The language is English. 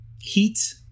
heat